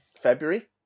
February